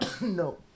No